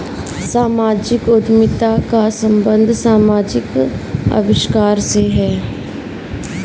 सामाजिक उद्यमिता का संबंध समाजिक आविष्कार से है